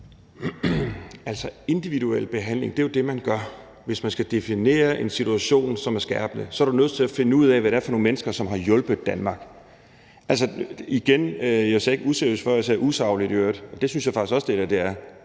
individuel behandling er jo det, man gør, hvis man skal definere en situation, som er skærpende. Så er du nødt til at finde ud af, hvad der er for nogle mennesker, som har hjulpet Danmark. Igen: Jeg sagde ikke »useriøst« før, jeg sagde i øvrigt »usagligt«, og det synes jeg faktisk også det her er,